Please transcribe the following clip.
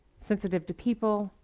sensitive to people,